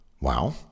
Wow